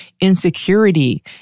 insecurity